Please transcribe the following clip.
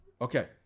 Okay